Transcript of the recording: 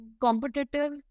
competitive